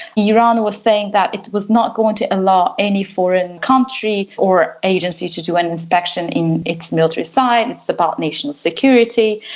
iran was saying that it was not going to allow any foreign country or agency to do an inspection in its military sites, it's about national security,